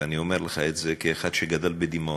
ואני אומר לך את זה כאחד שגדל בדימונה.